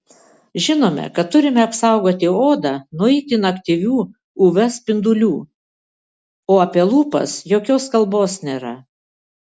žinome kad turime apsaugoti odą nuo itin aktyvių uv spindulių o apie lūpas jokios kalbos nėra